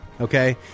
Okay